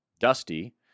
Dusty